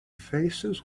faces